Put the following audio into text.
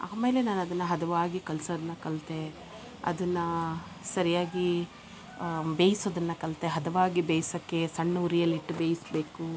ಆಮೇಲೆ ನಾನು ಅದನ್ನ ಹದ್ವಾಗಿ ಕಲ್ಸೋದ್ನ ಕಲ್ತೆ ಅದನ್ನ ಸರಿಯಾಗಿ ಬೇಯ್ಸೋದನ್ನ ಕಲ್ತೆ ಹದವಾಗಿ ಬೇಯ್ಸಕ್ಕೆ ಸಣ್ಣ ಉರಿಯಲ್ಲಿಟ್ಟು ಬೇಯಿಸಬೇಕು